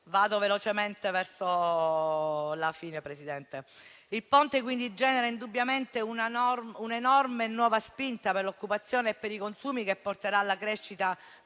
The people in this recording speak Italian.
Vado velocemente verso la fine, Presidente. Il Ponte quindi genera indubbiamente un'enorme e nuova spinta per l'occupazione e per i consumi, che porterà alla crescita